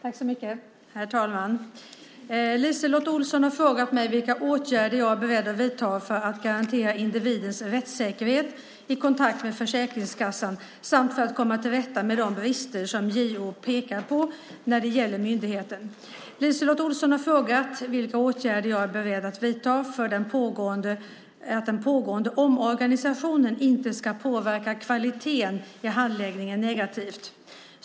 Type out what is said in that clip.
Herr talman! LiseLotte Olsson har frågat mig vilka åtgärder jag är beredd att vidta för att garantera individens rättssäkerhet i kontakten med Försäkringskassan samt för att komma till rätta med de brister som JO pekat på när det gäller myndigheten. LiseLotte Olsson har även frågat vilka åtgärder jag är beredd att vidta för att den pågående omorganisationen inte ska påverka kvaliteten i handläggningen negativt.